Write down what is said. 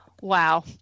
Wow